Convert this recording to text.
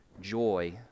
joy